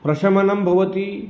प्रशमनं भवति